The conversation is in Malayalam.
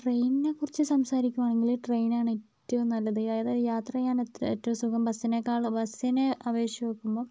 ട്രെയിനിനെക്കുറിച്ച് സംസാരിക്കുവാണെങ്കിൽ ട്രെയിനാണ് ഏറ്റവും നല്ലത് അതായത് യാത്ര ചെയ്യാൻ ഏറ്റവും സുഖം ബസ്സിനേക്കാൾ ബസ്സിനെ അപേക്ഷിച്ചു നോക്കുമ്പം